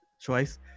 choice